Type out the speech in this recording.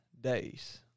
days